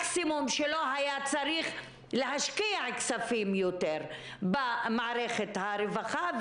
מקסימום הוא אולי לא היה צריך להשקיע יותר כספים במערכת הרווחה,